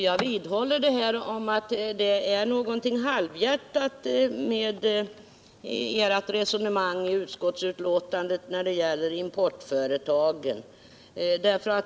Jag vidhåller att det är någonting halvhjärtat med ert resonemang i utskottsbetänkandet när det gäller importföretagen.